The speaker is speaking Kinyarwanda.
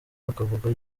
bakavuga